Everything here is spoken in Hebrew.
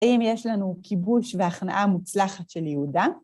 אם יש לנו כיבוש והכנעה מוצלחת של יהודה, ...